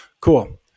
cool